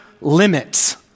limits